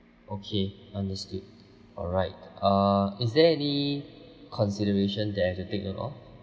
okay understood alright uh is there any consideration there to take note of